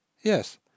yes